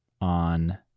on